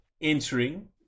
entering